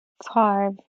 five